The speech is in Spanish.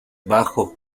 bajo